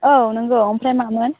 औ नंगौ ओमफ्राय मामोन